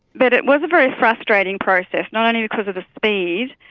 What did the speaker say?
but it was a very frustrating process, not only because of the speed,